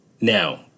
Now